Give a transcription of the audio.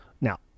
Now